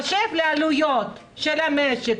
בהתחשב בעלויות של המשק,